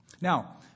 Now